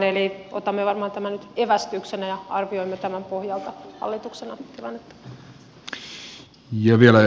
eli otamme varmaan tämän nyt evästyksenä ja arvioimme tämän pohjalta hallituksena tilannetta